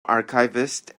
archivist